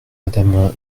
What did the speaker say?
madame